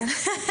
כן.